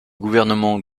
gouvernement